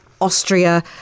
Austria